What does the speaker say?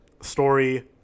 Story